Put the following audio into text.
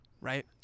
Right